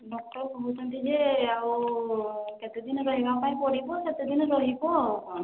doctor କହୁଛନ୍ତି ଯେ ଆଉ କେତେ ଦିନ ରହିବା ପାଇଁ ପଡ଼ିବ ସେତେ ଦିନ ରହିବ ଆଉ କ'ଣ